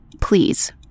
please